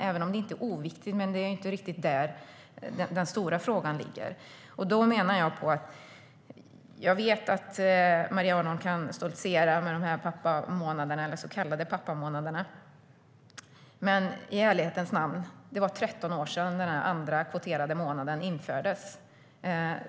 Det är inte oviktigt, men det är inte riktigt där den stora frågan ligger. Jag vet att Maria Arnholm kan stoltsera med de så kallade pappamånaderna, men i ärlighetens namn: Det var 13 år sedan den andra kvoterade månaden infördes.